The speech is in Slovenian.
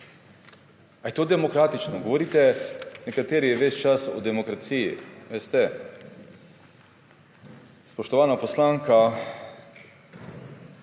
Ali je to demokratično? Nekateri govorite ves čas o demokraciji. Veste, spoštovana poslanka,